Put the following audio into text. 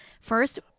First